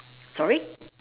sorry